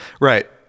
Right